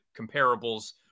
comparables